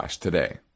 today